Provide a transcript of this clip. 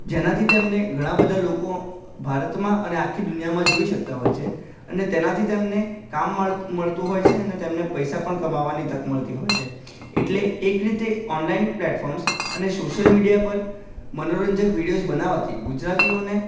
જેનાથી તેમને ઘણા બધા લોકો ભારતમાં અને આખી દુનિયામાં જોઈ શકતા હોય છે અને તેનાથી તેમને કામ મળતું હોય છે અને તેમને પૈસા પણ કમાવવાની તક મળતી હોય છે એટલે એક રીતે ઓનલાઇન પ્લેટફોર્મ્સ અને સોશ્યલ મીડિયા પર મનોરંજક વીડિયોઝ બનાવાથી ગુજરાતીઓને